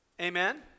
Amen